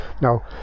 no